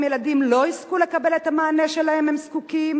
ילדים לא יזכו לקבל את המענה שלו הם זקוקים.